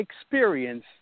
experience